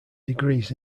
degrees